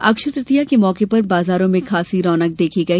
अक्षय तृतीया के मौके पर बाजारो में खासी रौनक देखी गई